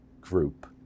group